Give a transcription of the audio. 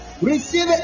receive